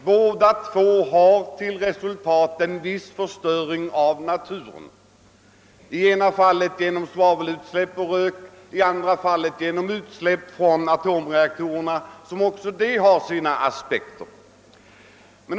Båda framställningssätten har till resultat ett visst störande av naturen, i det ena fallet genom svavelutsläpp och rök och i det andra fallet genom utsläpp från atomreaktorerna, som också de har sina aspekter.